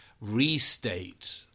restate